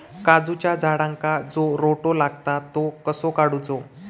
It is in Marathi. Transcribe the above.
काजूच्या झाडांका जो रोटो लागता तो कसो काडुचो?